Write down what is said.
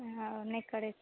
हँ ओ नहि करै छै